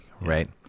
right